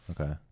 Okay